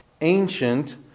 ancient